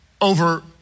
over